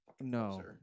No